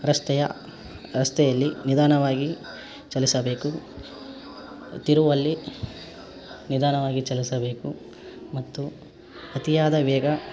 ರಸ್ತೆಯ ರಸ್ತೆಯಲ್ಲಿ ನಿಧಾನವಾಗಿ ಚಲಿಸಬೇಕು ತಿರುವಲ್ಲಿ ನಿಧಾನವಾಗಿ ಚಲಿಸಬೇಕು ಮತ್ತು ಅತಿಯಾದ ವೇಗ